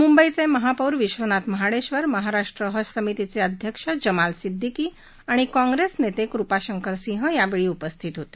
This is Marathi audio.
मुंबईचे महापौर विश्वनाथ महाडेक्षर महाराष्ट्र हज समितीचे अध्यक्ष जमाल सिद्दिकी आणि कॉप्रेसनेते कृपाशंकर सिंह यावेळी उपस्थित होते